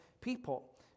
people